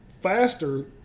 faster